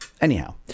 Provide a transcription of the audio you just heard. anyhow